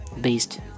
based